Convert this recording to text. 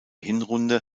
hinrunde